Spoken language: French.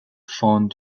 fond